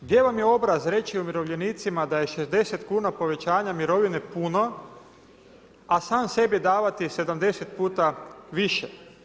Gdje vam je obraz reći umirovljenicima, da je 60 kn, povećanja mirovine puno, a sam sebi davati 70 puta više.